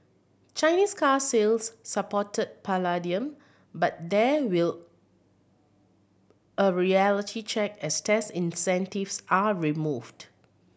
Chinese car sales supported palladium but there will a reality check as tax incentives are removed